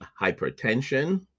hypertension